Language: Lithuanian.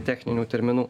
techninių terminų